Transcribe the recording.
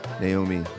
Naomi